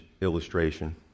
illustration